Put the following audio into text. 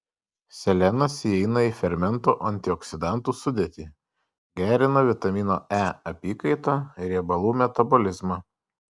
selenas įeina į fermentų antioksidantų sudėtį gerina vitamino e apykaitą riebalų metabolizmą